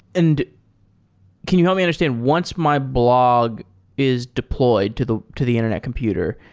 and can you help me understand once my blog is deployed to the to the internet computer,